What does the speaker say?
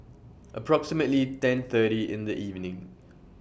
approximately ten thirty in The evening